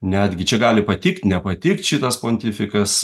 netgi čia gali patikt nepatikt šitas pontifikas